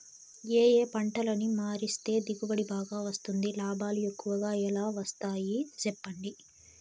ఏ ఏ పంటలని మారిస్తే దిగుబడి బాగా వస్తుంది, లాభాలు ఎక్కువగా ఎలా వస్తాయి సెప్పండి